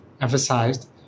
emphasized